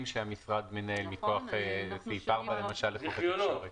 שהמשרד מנהל למשל מכוח סעיף 4 לחוק התקשורת.